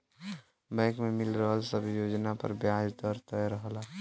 bank में मिल रहल सब योजना पर ब्याज दर तय रहला